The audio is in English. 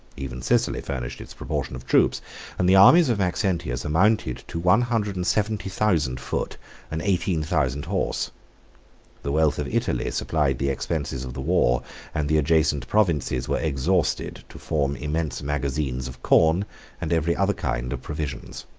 even sicily furnished its proportion of troops and the armies of maxentius amounted to one hundred and seventy thousand foot and eighteen thousand horse the wealth of italy supplied the expenses of the war and the adjacent provinces were exhausted, to form immense magazines of corn and every other kind of provisions.